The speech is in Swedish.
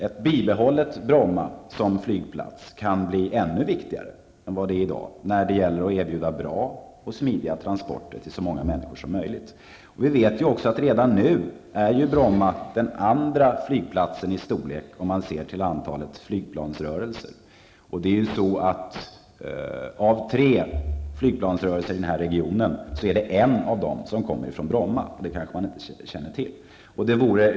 Ett bibehållet Bromma som flygplats kan bli ännu viktigare än i dag när det gäller att erbjuda bra och smidiga transporter för så många människor som möjligt. Redan nu är ju Bromma den andra flygplatsen i storlek, om man ser till antalet flygplansrörelser. Av tre flygplansrörelser i den här regionen är det en av dessa som kommer ifrån Bromma, vilket man kanske inte känner till.